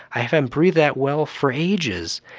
i haven't breathed that well for ages.